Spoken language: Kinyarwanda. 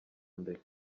mbere